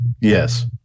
Yes